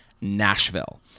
Nashville